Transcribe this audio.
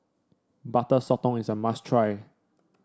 Butter Sotong is a must try